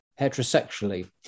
heterosexually